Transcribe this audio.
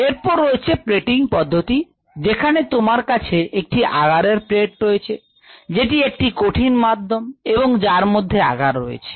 এরপর রয়েছে plating পদ্ধতি যেখানে তোমার কাছে একটি agar প্লেট রয়েছে যেটি একটি কঠিন মাধ্যম এবং যার মধ্যে আগার রয়েছে